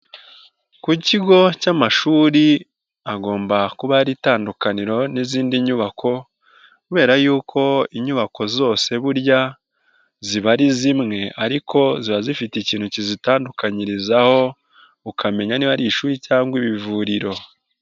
Ku kigo cy'amashuri hagomba kuba hari itandukaniro n'izindi nyubako kubera yuko inyubako zose burya ziba ari zimwe ariko ziba zifite ikintu kizitandukanyirizaho, ukamenya niba ari ishuri cyangwa ibivuriro.